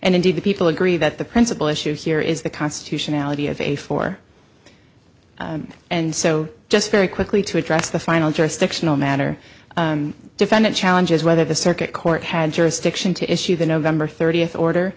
and indeed the people agree that the principal issue here is the constitutionality of a four and so just very quickly to address the final jurisdictional matter defendant challenges whether the circuit court had jurisdiction to issue the november thirtieth order